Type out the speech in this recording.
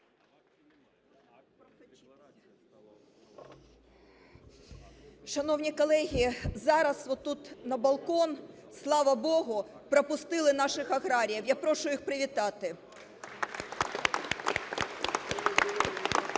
Шановні колеги, зараз от тут на балкон, слава Богу, пропустили наших аграріїв, я прошу їх привітати. (Оплески)